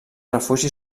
refugi